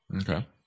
Okay